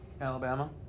Alabama